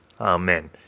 Amen